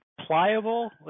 pliable